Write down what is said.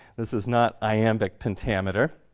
this is not iambic pentameter.